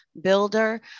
builder